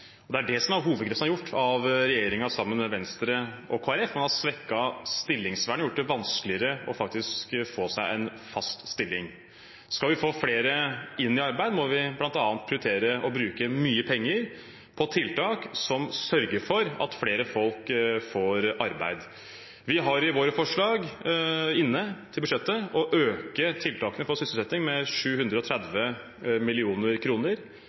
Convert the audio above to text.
og det er det hovedgrepet som er gjort av regjeringen, sammen med Venstre og Kristelig Folkeparti. Man har svekket stillingsvernet og gjort det vanskeligere å få en fast stilling. Skal vi få flere inn i arbeid, må vi bl.a. prioritere å bruke mye penger på tiltak som sørger for at flere folk får arbeid. Vi har i våre forslag til budsjettet en økning av tiltakene for sysselsetting med 730 mill. kr, en økning av bevilgningene til flom- og